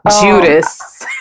Judas